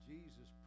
Jesus